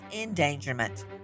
endangerment